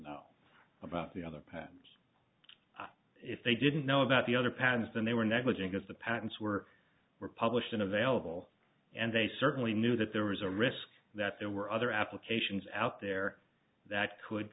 know about the other patterns if they didn't know about the other patterns then they were negligent as the patents were were published in available and they certainly knew that there was a risk that there were other applications out there that could